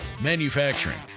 Manufacturing